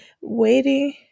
waiting